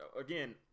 again